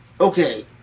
okay